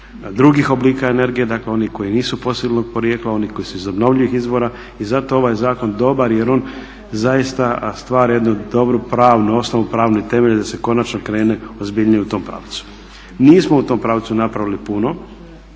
drugih oblika energije, dakle onih koji nisu fosilnog porijekla, oni koji su iz obnovljivih izvora. I zato je ovaj zakon dobar jer on zaista stvara jednu dobru pravnu osnovu, pravni temelj da se konačno krene ozbiljnije u tom pravcu. Nismo u tom pravcu napravili puno,